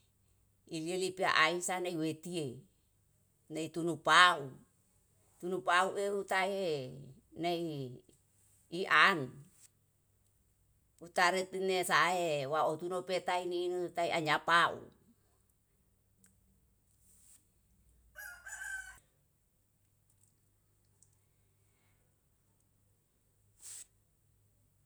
Iliele peai sane wetie nai turu pau, turu pau ehu tae nai ian. Putare tene sae waoto nope tae ninu tae anyapau.